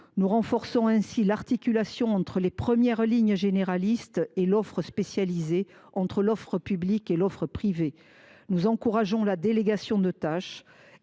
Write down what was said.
Nous renforçons ainsi l’articulation entre les premières lignes généralistes et l’offre spécialisée, entre l’offre publique et l’offre privée. Nous encourageons la délégation de tâches